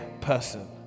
person